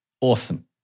Awesome